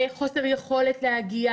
חוסר יכולת להגיע,